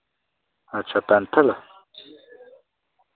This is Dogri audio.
अच्छा पैंथल